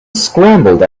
scrambled